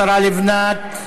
השרה לבנת.